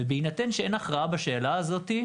ובהינתן שאין הכרעה בשאלה הזאת,